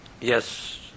Yes